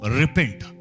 repent